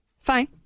Fine